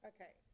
Okay